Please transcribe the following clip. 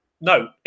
No